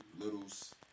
Littles